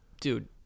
dude